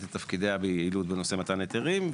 את תפקידה ביעילות בנושא מתן היתרים,